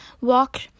walk